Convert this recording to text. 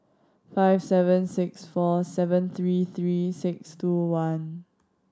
five seven six four seven three three six two one